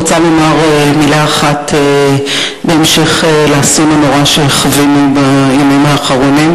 אני רוצה לומר מלה אחת בהמשך לאסון הנורא שחווינו בימים האחרונים,